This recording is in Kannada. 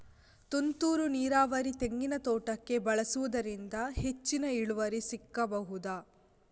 ತುಂತುರು ನೀರಾವರಿ ತೆಂಗಿನ ತೋಟಕ್ಕೆ ಬಳಸುವುದರಿಂದ ಹೆಚ್ಚಿಗೆ ಇಳುವರಿ ಸಿಕ್ಕಬಹುದ?